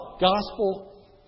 gospel